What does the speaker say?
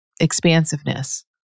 expansiveness